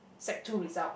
sec two result